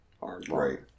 Right